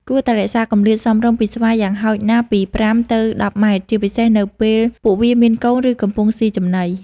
គួរតែរក្សាគម្លាតសមរម្យពីស្វាយ៉ាងហោចណាស់ពី ៥ ទៅ ១០ ម៉ែត្រ ជាពិសេសនៅពេលពួកវាមានកូន ឬកំពុងស៊ីចំណី។